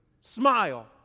smile